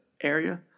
area